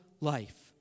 life